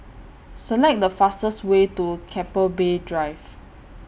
Select The fastest Way to Keppel Bay Drive